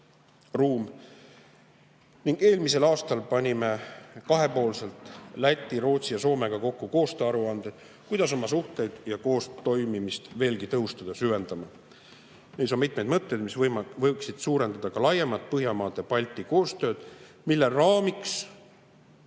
Eelmisel aastal panime kahepoolselt Läti, Rootsi ja Soomega kokku koostööaruanded, kuidas oma suhteid ja koostoimimist veelgi tõhustada ja süvendada. Neis on mitmeid mõtteid, mis võiksid suurendada ka laiemat Põhjamaade-Balti koostööd, mille raamiks